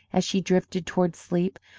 as she drifted toward sleep.